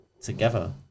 together